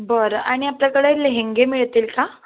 बरं आणि आपल्याकडे लेहेंगे मिळतील का